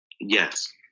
yes